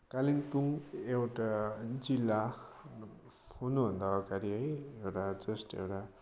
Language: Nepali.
कालिम्पोङ एउटा जिल्ला हुनुभन्दा अगाडि है एउटा जस्ट एउटा